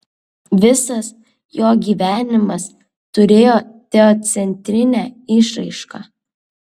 visas jo gyvenimas turėjo teocentrinę išraišką